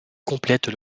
complètent